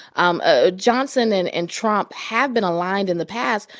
um ah johnson and and trump have been aligned in the past,